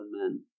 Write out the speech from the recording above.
men